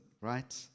right